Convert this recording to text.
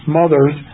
mothers